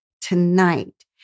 tonight